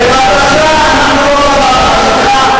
לפני שבועיים, בבקשה, אנחנו לא בוועדה שלך.